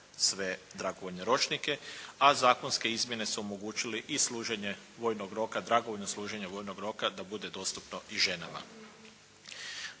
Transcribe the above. sve dragovoljne ročnike a zakonske izmjene su omogućile i služenje vojnog roka, dragovoljno služenje vojnog roka da bude dostupno i ženama.